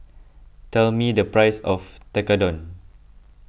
tell me the price of Tekkadon